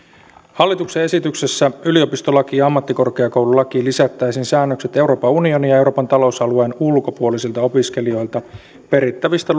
hallituksen esityksessä yliopistolakiin ja ammattikorkeakoululakiin lisättäisiin säännökset euroopan unionin ja euroopan talousalueen ulkopuolisilta opiskelijoilta perittävistä